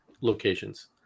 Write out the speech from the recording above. locations